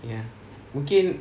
ya okay